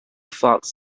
fox